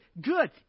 good